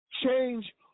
change